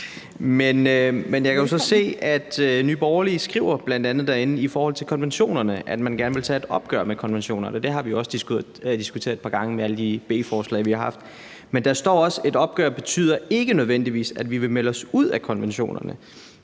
Men jeg kan jo så se, at Nye Borgerlige derinde i forhold til konventionerne bl.a. skriver, at man gerne vil tage et opgør med konventionerne. Det har vi også diskuteret et par gange med alle de B-forslag, vi har haft. Men der står også, at et opgør ikke nødvendigvis betyder, at vi vil melde os ud af konventionerne.